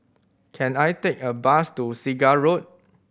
can I take a bus to Segar Road